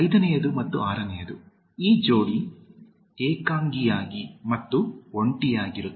ಐದನೇಯದು ಮತ್ತು ಆರನೆಯದು ಈ ಜೋಡಿ ಏಕಾಂಗಿಯಾಗಿ ಮತ್ತು ಒಂಟಿಯಾಗಿರುತ್ತದೆ